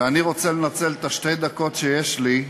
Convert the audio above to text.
ואני רוצה לנצל את שתי הדקות שיש לי,